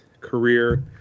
career